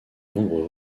nombreux